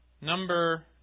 Number